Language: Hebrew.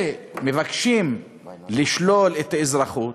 מבקשים לשלול אזרחות